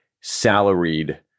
salaried